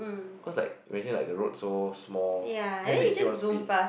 cause like when you say like the road so small then they still want to speed